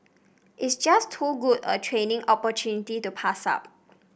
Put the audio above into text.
it's just too good a training opportunity to pass up